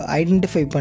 identify